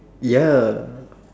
ya